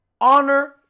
Honor